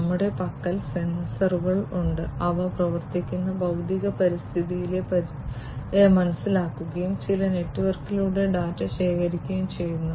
നമ്മുടെ പക്കൽ സെൻസറുകൾ ഉണ്ട് അവ പ്രവർത്തിക്കുന്ന ഭൌതിക പരിതസ്ഥിതിയിലെ പരിസ്ഥിതിയെ മനസ്സിലാക്കുകയും ചില നെറ്റ്വർക്കിലൂടെ ഡാറ്റ ശേഖരിക്കുകയും ചെയ്യുന്നു